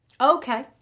Okay